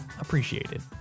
appreciated